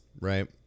right